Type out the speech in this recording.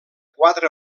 quatre